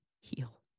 heal